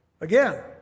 Again